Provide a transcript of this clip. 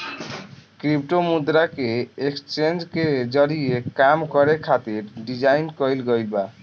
crypto मुद्रा के exchange के जरिए काम करे खातिर डिजाइन कईल गईल बा